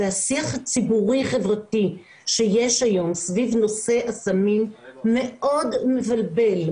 והשיח הציבורי-חברתי שיש היום סביב נושא הסמים מאוד מבלבל,